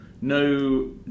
No